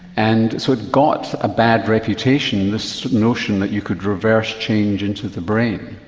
and so it got a bad reputation, this notion that you could reverse change into the brain.